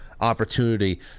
opportunity